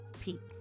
peak